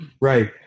right